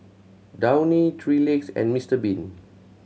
Downy Three Legs and Mister Bean